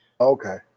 Okay